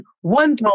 one